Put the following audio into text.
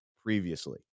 previously